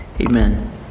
Amen